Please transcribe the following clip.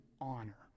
honor